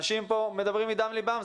אנשים כאן מדברים מדם ליבם.